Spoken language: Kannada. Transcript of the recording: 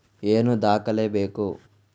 ಏನು ದಾಖಲೆ ಬೇಕು?